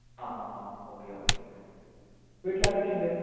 ആ ആ ആ ഓക്കെ ഓക്കെ വീട്ടിൽ ആരൊക്കെ ഉണ്ട്